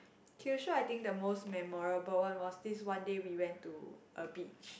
Kyushu I think the most memorable one was this one day we went to a beach